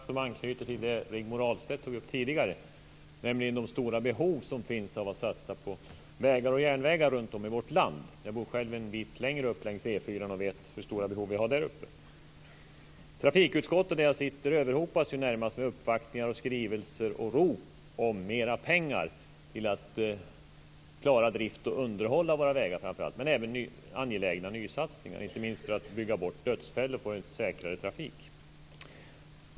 Herr talman! Jag har en fråga som anknyter till det Rigmor Ahlstedt tog upp tidigare, nämligen de stora behov som finns av att satsa på vägar och järnvägar runtom i vårt land. Jag bor själv en bit längre upp längs E 4:an och vet hur stora behov vi har där uppe. Trafikutskottet, där jag sitter, överhopas närmast av uppvaktningar, skrivelser och rop på mera pengar till att klara framför allt drift och underhåll av våra vägar, men även angelägna nysatsningar, inte minst för att bygga bort dödsfällor och få en säkrare trafik.